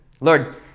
Lord